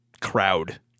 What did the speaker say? crowd